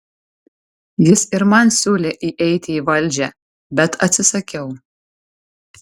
jis ir man siūlė įeiti į valdžią bet atsisakiau